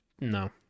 No